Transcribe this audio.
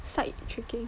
site checking